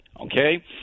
okay